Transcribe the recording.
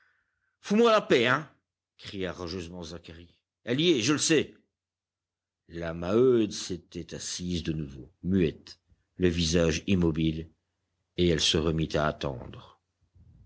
fous moi la paix hein cria rageusement zacharie elle y est je le sais la maheude s'était assise de nouveau muette le visage immobile et elle se remit à attendre